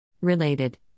Related